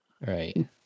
Right